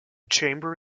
chamber